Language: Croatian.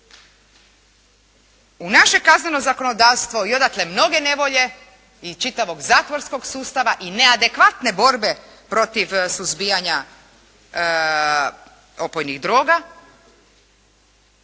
u naše kazneno zakonodavstvo i odatle mnoge nevolje i čitavog zatvorskog sustava i neadekvatne borbe protiv suzbijanja opojnih droga